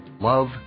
love